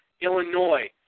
Illinois